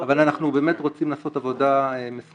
אבל אנחנו באמת רוצים לעשות עבודה מסודרת,